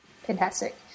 Fantastic